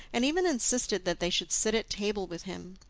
and even insisted that they should sit at table with him.